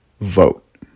vote